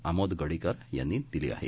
आमोद गडीकर यांनी दिली आहे